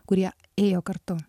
kurie ėjo kartu